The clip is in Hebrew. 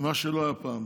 מה שלא היה פעם.